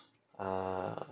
ah